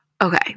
Okay